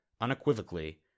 unequivocally